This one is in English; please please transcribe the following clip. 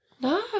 No